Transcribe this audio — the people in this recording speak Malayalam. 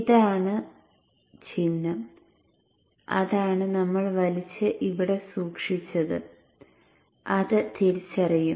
ഇതാണ് ചിഹ്നം അതാണ് നമ്മൾ വലിച്ച് അവിടെ സൂക്ഷിച്ചത് അത് തിരിച്ചറിയും